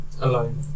Alone